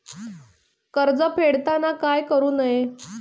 कर्ज फेडताना काय करु नये?